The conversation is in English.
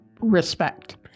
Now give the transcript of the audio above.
respect